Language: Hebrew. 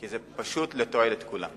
כי זה פשוט לתועלת כולם.